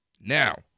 now